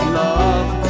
love